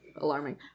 Alarming